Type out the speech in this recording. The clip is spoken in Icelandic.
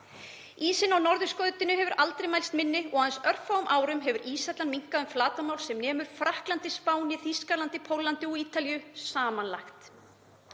Ísinn á norðurskautinu hefur aldrei mælst minni og á aðeins örfáum árum hefur íshellan minnkað um flatarmál sem nemur Frakklandi, Spáni, Þýskalandi, Póllandi og Ítalíu samanlagt.